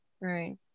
Right